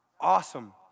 awesome